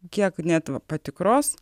kiek net patikros